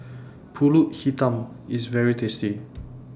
Pulut Hitam IS very tasty